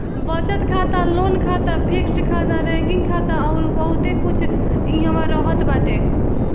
बचत खाता, लोन खाता, फिक्स्ड खाता, रेकरिंग खाता अउर बहुते कुछ एहवा रहत बाटे